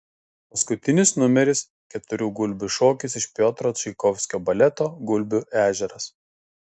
paskutinis numeris keturių gulbių šokis iš piotro čaikovskio baleto gulbių ežeras